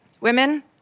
women